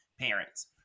parents